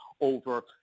over